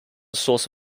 source